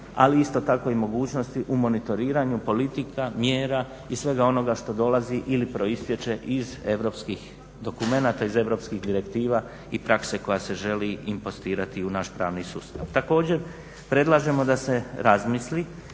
ali isto tako i mogućnosti u monitoriranju politika, mjera i svega onoga što dolazi ili proistječe iz europskih dokumenata, iz europskih direktiva i prakse koja se želi impostirati u naš pravni sustav. Također, predlažemo da se razmisli